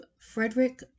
Frederick